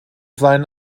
seinen